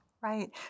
Right